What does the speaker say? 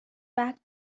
back